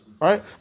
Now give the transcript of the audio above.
right